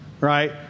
right